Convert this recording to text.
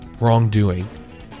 wrongdoing